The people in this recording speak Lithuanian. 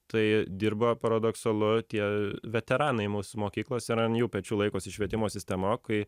tai dirba paradoksalu tie veteranai mūsų mokyklose ir ant jų pečių laikosi švietimo sistema kai